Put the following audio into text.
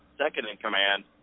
second-in-command